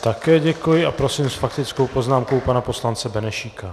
Také děkuji a prosím s faktickou poznámkou pana poslance Benešíka.